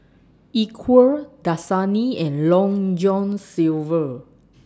Equal Dasani and Long John Silver